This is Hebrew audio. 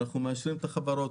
מאשרים את החברות,